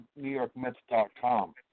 NewYorkMets.com